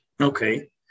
Okay